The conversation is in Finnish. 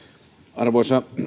arvoisa